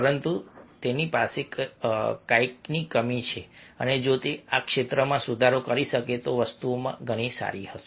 પરંતુ તેની પાસે કંઈકની કમી છે અને જો તે આ ક્ષેત્રમાં સુધારો કરી શકે તો વસ્તુઓ ઘણી સારી હશે